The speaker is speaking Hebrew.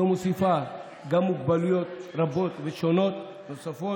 המוסיפה גם מוגבלויות רבות ושונות נוספות,